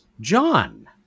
John